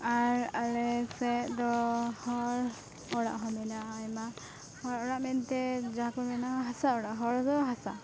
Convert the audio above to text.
ᱟᱨ ᱟᱞᱮᱥᱮᱫ ᱫᱚ ᱦᱚᱲ ᱚᱲᱟᱜᱦᱚᱸ ᱢᱮᱱᱟᱜᱼᱟ ᱟᱭᱢᱟ ᱦᱚᱲ ᱚᱲᱟᱜ ᱢᱮᱱᱛᱮ ᱡᱟᱦᱟᱸᱠᱚ ᱢᱮᱱᱟ ᱦᱟᱥᱟ ᱦᱚᱲᱫᱚ ᱦᱟᱥᱟ